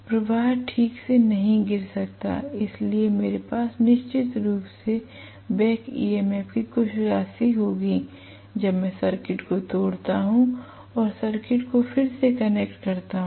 प्रवाह ठीक से नहीं गिर सकता है इसलिए मेरे पास निश्चित रूप से बैक ईएमएफ की कुछ राशि होगी जब मैं सर्किट को तोड़ता हूं और सर्किट को फिर से कनेक्ट करता हूं